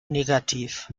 negativ